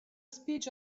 speech